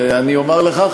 ואני אומר לך,